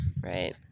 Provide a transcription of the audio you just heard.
Right